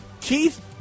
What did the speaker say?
Keith